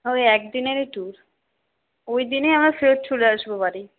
হ্যাঁ ওই একদিনেরই টুর ওইদিনে আবার ফেরত চলে আসবো বাড়ি